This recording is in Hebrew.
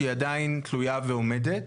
שהיא עדיין תלויה ועומדת,